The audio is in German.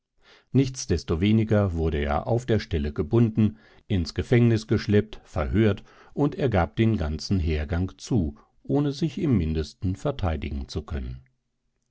nichtsdestoweniger wurde er auf der stelle gebunden ins gefängnis geschleppt verhört und er gab den ganzen hergang zu ohne sich im mindesten verteidigen zu können